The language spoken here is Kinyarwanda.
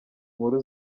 nkuru